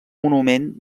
monument